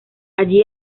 allí